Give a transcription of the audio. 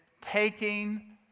taking